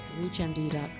ReachMD.com